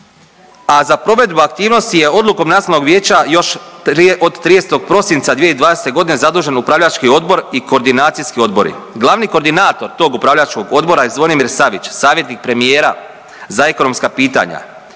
a za provedbu aktivnosti je odlukom Nacionalnog vijeća još od 30. prosinca 2020.g. zadužen upravljački odbor i koordinacijski odbori. Glavni koordinator tog upravljačkog odbora je Zvonimir Savić, savjetnik premijera za ekonomska pitanja.